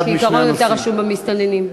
אבל כעיקרון אתה רשום במסתננים.